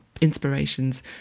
inspirations